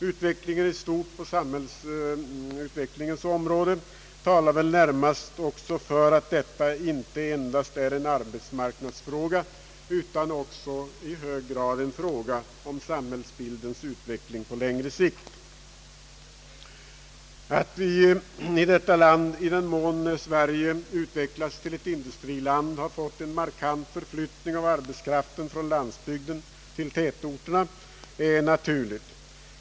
Utvecklingen i stort inom sambhället talar väl närmast för att detta inte endast är en arbetsmarknadsfråga utan också i hög grad en fråga om samhällsbildens förändring på längre sikt. Att vi i detta land, i den mån Sverige utvecklats till ett industriland, har fått en markant förflyttning av arbetskraften från landsbygden till tätorterna är naturligt.